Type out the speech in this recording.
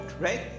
Right